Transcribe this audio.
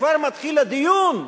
וכבר מתחיל הדיון?